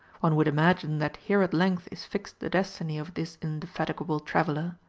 one would imagine that here at length is fixed the destiny of this indefatigable traveller.